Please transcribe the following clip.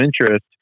interest